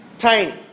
tiny